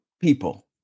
people